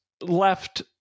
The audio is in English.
left